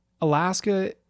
Alaska